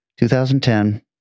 2010